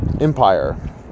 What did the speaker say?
empire